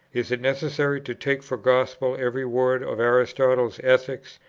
is it necessary to take for gospel every word of aristotle's ethics,